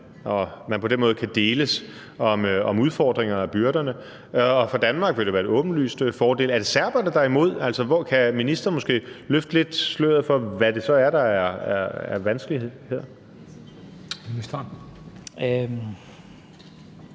at man på den måde kan deles om udfordringerne og byrderne. Og for Danmark vil det være en åbenlys fordel. Altså, er det serberne, der er imod? Kan ministeren måske løfte lidt af sløret for, hvad det så er, der er vanskeligt her?